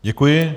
Děkuji.